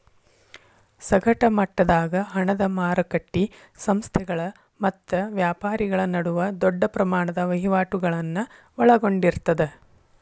ಸಗಟ ಮಟ್ಟದಾಗ ಹಣದ ಮಾರಕಟ್ಟಿ ಸಂಸ್ಥೆಗಳ ಮತ್ತ ವ್ಯಾಪಾರಿಗಳ ನಡುವ ದೊಡ್ಡ ಪ್ರಮಾಣದ ವಹಿವಾಟುಗಳನ್ನ ಒಳಗೊಂಡಿರ್ತದ